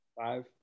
five